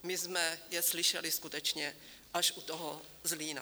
My jsme je slyšeli skutečně až u toho Zlína.